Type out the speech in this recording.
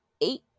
eight